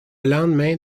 lendemain